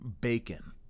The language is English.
bacon